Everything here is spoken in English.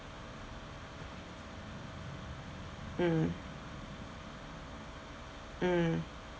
mm mm